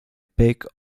big